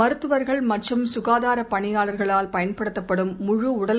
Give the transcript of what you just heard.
மருத்துவர்கள் மற்றம் சுகாதாரபணியாளர்களால் பயன்படுத்தப்படும் முழு உடல்